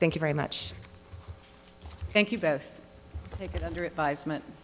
thank you very much thank you both take it under advisement